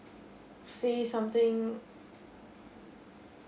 say something